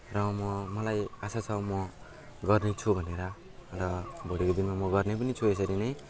र म मलाई आशा छ म गर्नेछु भनेर र भोलिको दिनमा म गर्ने पनि छु यसरी नै